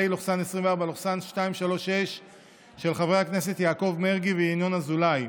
פ/236/24) של חברי הכנסת יעקב מרגי וינון אזולאי,